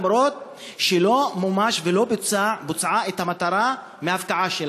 גם אם לא מומשה ולא בוצעה המטרה של ההפקעה.